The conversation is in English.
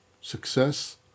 success